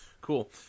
Cool